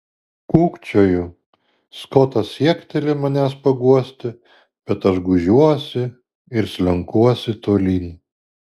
kūkčioju skotas siekteli manęs paguosti bet aš gūžiuosi ir slenkuosi tolyn